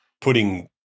putting